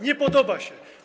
Nie podoba się.